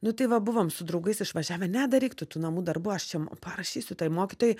nu tai va buvom su draugais išvažiavę nedaryk tų tų namų darbų aš čia parašysiu tai mokytojai